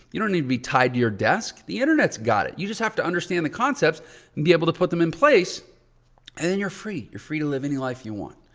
you don't need to be tied to your desk. the internet's got it. you just have to understand the concepts and be able to put them in place and then you're free. you're free to live any life you want.